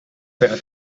per